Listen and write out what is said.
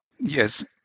yes